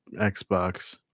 Xbox